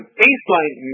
baseline